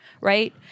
right